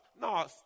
No